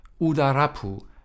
Udarapu